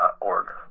org